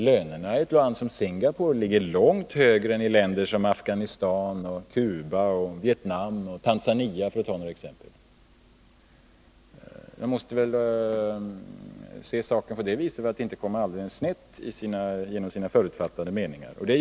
Lönerna i ett land som Singapore ligger långt högre än i länder som Afghanistan, Cuba, Vietnam och Tanzania, för att ta några exempel.